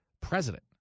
president